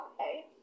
Okay